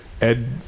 Ed